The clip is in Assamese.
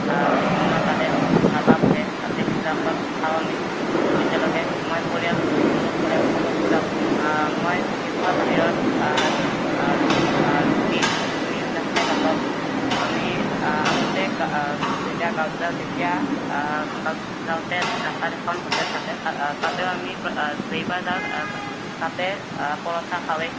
বিভিন্ন তাতে ধাবা বহে তাতে সেইবিলাকত খাওঁ আমি একেলগে মই পৰিয়াল মোৰ পৰিয়ালৰ লগতো যাওঁ মই বিশেষকৈ বাহিৰত ৰু ৰুটি ঘুগুনি এইবিলাক খাই ভালপাওঁ আমি আগতে গা যেতিয়া গাঁৱত যাওঁ তেতিয়া গাঁৱত যাওঁতে ৰাস্তাত এখন হোটেল থাকে তাতে তাতেও আমি যেইবাৰ যাও তাতে পৰঠা খাওঁৱেই